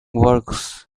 works